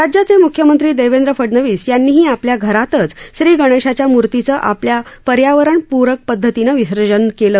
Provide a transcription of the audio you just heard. राज्याचे मुख्यमंत्री देवेंद्र फडणवीस यांनीही आपल्या घरातच श्री गणेशाच्या मूर्तीचं पर्यावरणपूरक पद्धतीनं विसर्जन केलं